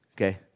Okay